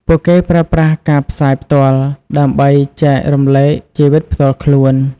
ពួកគេប្រើប្រាស់ការផ្សាយផ្ទាល់ ដើម្បីចែករំលែកជីវិតផ្ទាល់ខ្លួន។